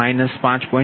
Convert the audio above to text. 58 10sin 5